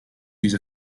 use